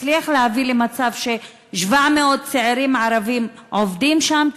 הצליח להביא למצב ש-700 צעירים ערבים עובדים שם,